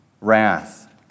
wrath